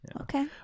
Okay